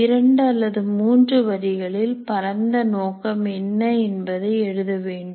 இரண்டு அல்லது மூன்று வரிகளில் பரந்த நோக்கம் என்ன என்பதை எழுத வேண்டும்